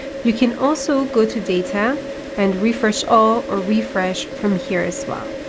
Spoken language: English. you can also go to data and refresh all or refresh from here as well.